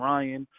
Ryan